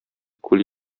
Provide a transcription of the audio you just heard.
күл